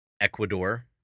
Ecuador